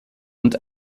und